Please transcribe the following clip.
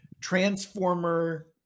transformer